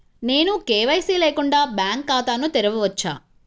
నేను కే.వై.సి లేకుండా బ్యాంక్ ఖాతాను తెరవవచ్చా?